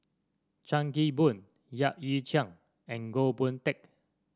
Chan Kim Boon Yap Ee Chian and Goh Boon Teck